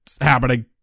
happening